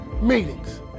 meetings